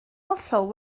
hollol